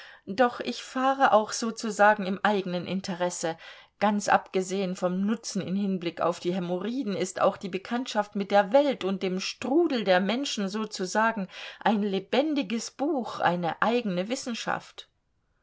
doch ich fahre auch sozusagen im eigenen interesse ganz abgesehen vom nutzen im hinblick auf die hämorrhoiden ist auch die bekanntschaft mit der welt und dem strudel der menschen sozusagen ein lebendiges buch eine eigene wissenschaft